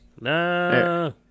No